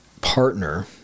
partner